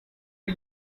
are